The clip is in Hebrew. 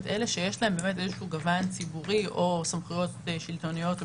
את אלה שיש להם באמת איזשהו גוון ציבורי או סמכויות שלטוניות או